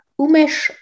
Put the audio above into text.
Umesh